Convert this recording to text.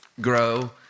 grow